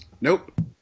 Nope